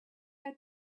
had